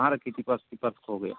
कहाँ रखी थी पर्स कि पर्स खो गया